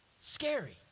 scary